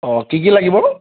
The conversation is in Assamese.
অঁ কি কি লাগিব